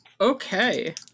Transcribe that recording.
Okay